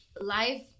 life